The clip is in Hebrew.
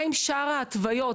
מה עם שאר ההתוויות?